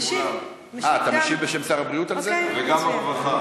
לסדר-היום בנושא הסתה ואיומים כנגד הקהילה הרפורמית